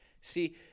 See